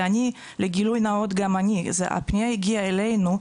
גילוי נאות, הפנייה הגיעה אלינו.